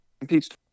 impeached